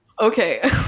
Okay